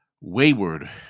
wayward